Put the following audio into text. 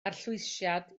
arllwysiad